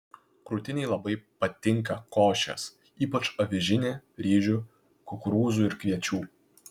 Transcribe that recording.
krūtinei labai patinka košės ypač avižinė ryžių kukurūzų ir kviečių